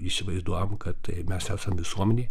įsivaizduojam kad tai mes esam visuomenė